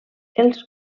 els